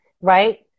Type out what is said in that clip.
right